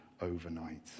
overnight